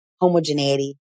homogeneity